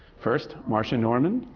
first, marsha norman,